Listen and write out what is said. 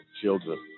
children